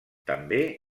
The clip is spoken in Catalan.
també